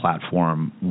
platform